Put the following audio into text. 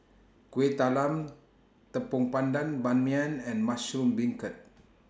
Kuih Talam Tepong Pandan Ban Mian and Mushroom Beancurd